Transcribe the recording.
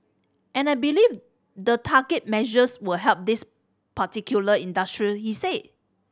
and I believe the targeted measures will help these particular industry he said